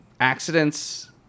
accidents